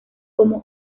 como